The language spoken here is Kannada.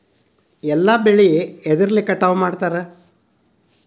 ಎಲ್ಲ ಬೆಳೆ ಎದ್ರಲೆ ಕಟಾವು ಮಾಡ್ತಾರ್?